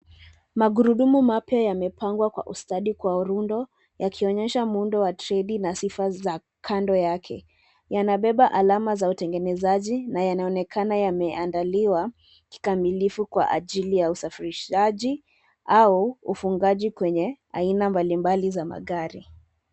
Magurudumu mapya yamepangwa kwa ustadi kwa urundo, yakionyesha muundo wa tredi na sifa za kando yake. Yanabeba alama za utengenezaji, na yanaonekana yameandaliwa kikamilifu kwa ajili ya usafirishaji au ufungaji kwenye aina mbalimbali za magari.